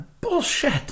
Bullshit